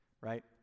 right